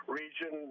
region